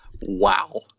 Wow